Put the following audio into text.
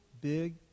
big